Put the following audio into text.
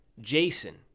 Jason